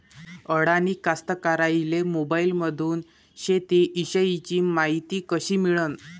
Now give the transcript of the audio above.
अडानी कास्तकाराइले मोबाईलमंदून शेती इषयीची मायती कशी मिळन?